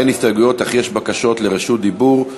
אין הסתייגויות אך יש בקשות לרשות דיבור.